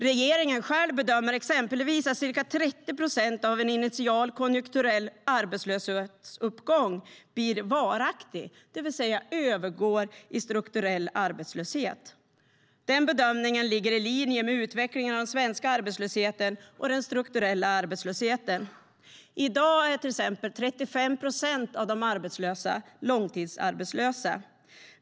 Regeringen bedömer exempelvis att ca 30 procent av en initial konjunkturell arbetslöshetsuppgång blir varaktig, det vill säga övergår i strukturell arbetslöshet. Den bedömningen ligger i linje med utvecklingen av den svenska arbetslösheten och den strukturella arbetslösheten. I dag är till exempel 35 procent av de arbetslösa långtidsarbetslösa.